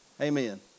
Amen